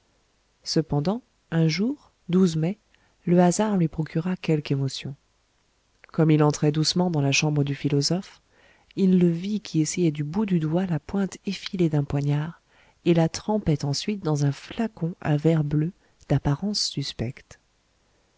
cependant un jour mai le hasard lui procura quelque émotion comme il entrait doucement dans la chambre du philosophe il le vit qui essayait du bout du doigt la pointe effilée d'un poignard et la trempait ensuite dans un flacon à verre bleu d'apparence suspecte